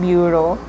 Bureau